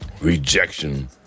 Rejection